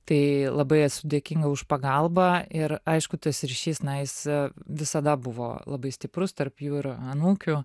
tai labai esu dėkinga už pagalbą ir aišku tas ryšys na jis visada buvo labai stiprus tarp jų ir anūkių